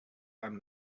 i’m